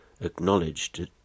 acknowledged